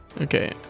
Okay